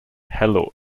hello